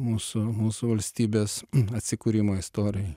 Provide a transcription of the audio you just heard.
mūsų mūsų valstybės atsikūrimo istorijoj